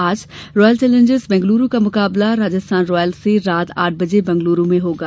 आज Royal Challengers Bangalore का मुकाबला राजस्थान रॉयल्स से रात आठ बजे बंगलुरु में होगा